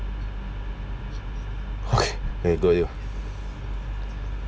okay very good you